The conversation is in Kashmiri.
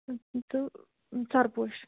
تہٕ سرپوش